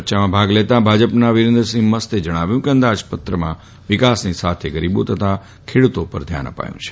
ચર્ચામાં ભાગ લેતાં ભાજપના વિરેન્દ્રસિંહ મસ્તે જણાવ્યું કે અંદાજપત્રમાં વિકાસની સાથે ગરીબો તથા ખેડૂતો પર ધ્યાન અપાયું છે